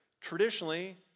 Traditionally